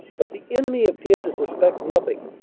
but the enemy appeared to suspect nothing,